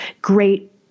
great